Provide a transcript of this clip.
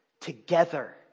together